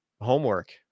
homework